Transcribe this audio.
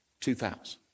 2,000